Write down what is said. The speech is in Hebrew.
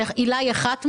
שהילה היא אחת מהם.